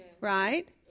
right